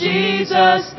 Jesus